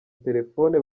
telefone